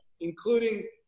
including